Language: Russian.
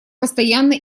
постоянно